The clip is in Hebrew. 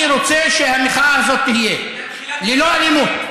כך אני רוצה שהמחאה הזאת תהיה ללא אלימות.